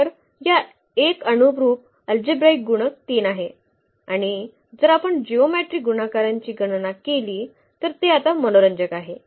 तर या 1 अनुरुप अल्जेब्राईक गुणक 3 आहे आणि जर आपण जिओमेट्रीक गुणाकारांची गणना केली तर ते आता मनोरंजक आहे